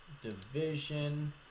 division